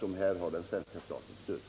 De har den svenska statens stöd.